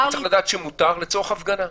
צריך לדעת שמותר לצורך הפגנה.